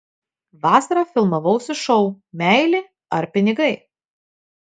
vasarą filmavausi šou meilė ar pinigai